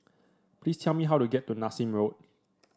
please tell me how to get to Nassim Road